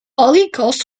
colicos